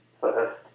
first